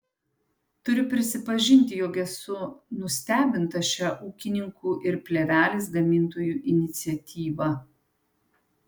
turiu prisipažinti jog esu nustebinta šia ūkininkų ir plėvelės gamintojų iniciatyva